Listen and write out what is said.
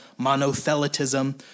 monothelitism